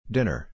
Dinner